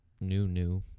new-new